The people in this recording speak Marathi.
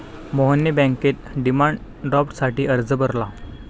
मोहनने बँकेत डिमांड ड्राफ्टसाठी अर्ज भरला